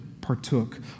partook